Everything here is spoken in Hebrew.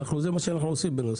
זה מה שאנחנו עושים.